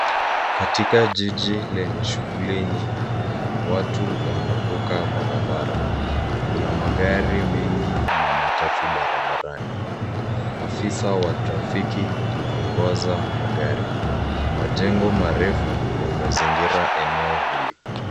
Katika jiji lenye shughuli nyingi, watu wanavuka barabara, kuna magari mengi na matatu barabarani. Afisa wa trafiki anaongoza magari. Majengo marefu yamezingira eneo hili.